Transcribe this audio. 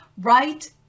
right